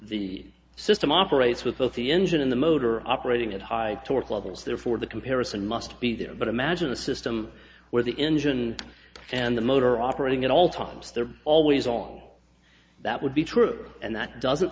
the system operates with both the engine in the motor operating at high torque levels therefore the comparison must be there but imagine a system where the engine and the motor operating at all times there always on that would be true and that doesn't